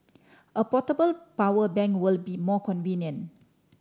a portable power bank will be more convenient